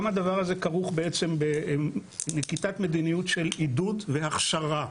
גם הדבר הזה כרוך בעצם בנקיטת מדיניות של עידוד והכשרה.